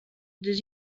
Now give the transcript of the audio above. des